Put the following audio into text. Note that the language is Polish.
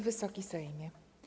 Wysoki Sejmie!